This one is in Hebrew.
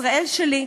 "ישראל שלי",